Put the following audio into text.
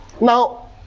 Now